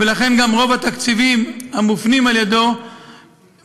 ולכן רוב התקציבים מופנים על ידיו לרכישת